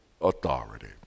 authority